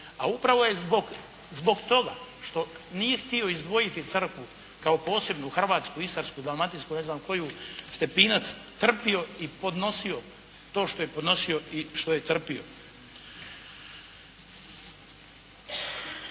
a upravo je zbog toga što nije htio izdvojiti crkvu kao posebnu hrvatsku, istarsku, dalmatinsku, ne znam koju, Stepinac trpio i podnosio to što je podnosio i što je trpio.